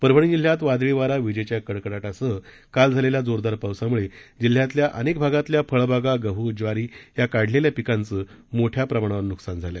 परभणी जिल्ह्यात वादळी वारा विजेच्या कडकटासह काल झालेल्या जोरदार पावसामुळे जिल्ह्यातील अनेक भागातील फळबागा गहू ज्वारी या काढलेल्या पिकांचं मोठ्या प्रमाणावर नुकसान झालं